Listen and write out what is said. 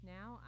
Now